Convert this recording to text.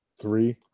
Three